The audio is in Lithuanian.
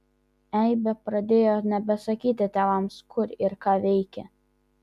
eibė pradėjo nebesakyti tėvams kur ir ką veikia